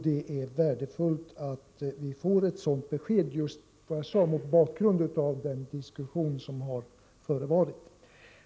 Det är värdefullt att vi får ett sådant besked just mot bakgrund av den diskussion som har förevarit.